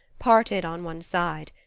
parted on one side.